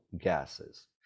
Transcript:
gases